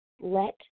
Let